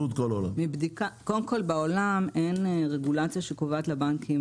קודם כל בעולם אין רגולציה שקובעת לבנקים